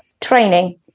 training